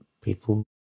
People